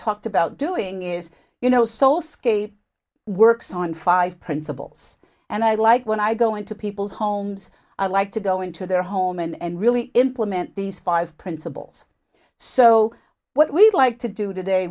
talked about doing is you know soul skate works on five principles and i like when i go into people's homes i like to go into their home and really implement these five principles so what we'd like to do today